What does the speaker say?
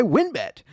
WinBet